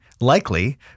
likely